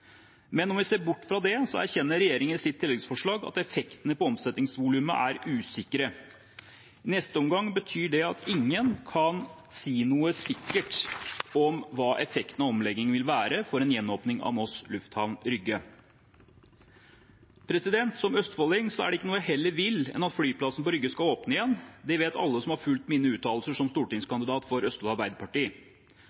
vi ser bort fra det, erkjenner regjeringen i sitt tilleggsforslag at effektene på omsetningsvolumet er usikre. I neste omgang betyr det at ingen kan si noe sikkert om hva effekten av omleggingen vil være for en gjenåpning av Moss lufthavn Rygge. Som østfolding er det ikke noe jeg heller vil enn at flyplassen på Rygge skal åpne igjen. Det vet alle som har fulgt mine uttalelser som